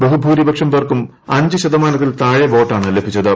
ബഹുഭൂരിപക്ഷം പേർക്കും അഞ്ച് ശതമാനത്തിൽ താഴെ വോട്ടാണ് ലഭിച്ചത്